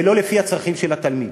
ולא לפי הצרכים של התלמיד.